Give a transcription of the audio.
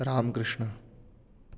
राम्कृष्णः